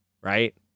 right